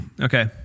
Okay